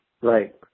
Right